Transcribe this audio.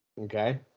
Okay